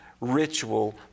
ritual